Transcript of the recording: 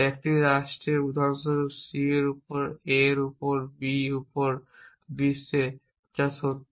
একটি রাষ্ট্র উদাহরণ স্বরূপ C এর উপর A এর উপর B এর উপর বিশ্বে যা সত্য